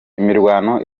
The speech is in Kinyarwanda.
imirwano